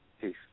Peace